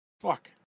fuck